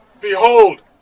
Behold